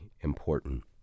important